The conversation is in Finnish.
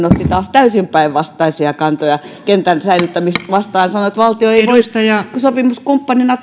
otti taas täysin päinvastaisia kantoja kentän säilyttämistä vastaan ja sanoi että valtio ei voi sopimuskumppanina